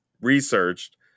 researched